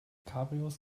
cabrios